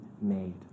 made